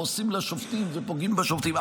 ועושים לשופטים ופוגעים בשופטים.